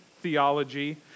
theology